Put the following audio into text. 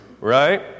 right